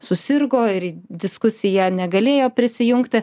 susirgo ir į diskusiją negalėjo prisijungti